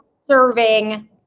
serving